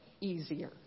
easier